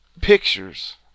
pictures